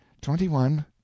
twenty-one